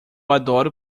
adoro